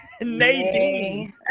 Nadine